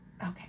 Okay